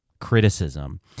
criticism